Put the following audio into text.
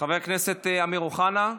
חבר הכנסת אמיר אוחנה,